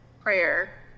prayer